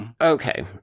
okay